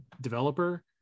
developer